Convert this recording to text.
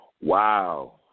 Wow